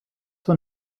when